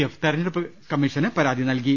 F തിരഞ്ഞെടുപ്പു കമ്മിഷന് പരാതി നൽകി